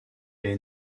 est